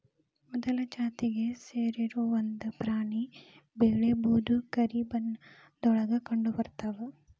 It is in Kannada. ಮೊಲದ ಜಾತಿಗೆ ಸೇರಿರು ಒಂದ ಪ್ರಾಣಿ ಬಿಳೇ ಬೂದು ಕರಿ ಬಣ್ಣದೊಳಗ ಕಂಡಬರತಾವ